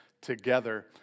together